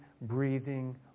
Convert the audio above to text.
breathing